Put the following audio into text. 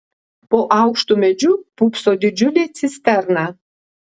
po aukštu medžiu pūpso didžiulė cisterna